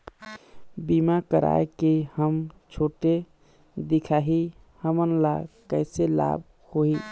बीमा कराए के हम छोटे दिखाही हमन ला कैसे लाभ होही?